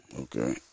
Okay